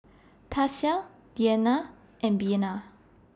Tasia Dianna and Bena